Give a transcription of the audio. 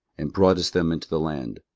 and broughtest them into the land,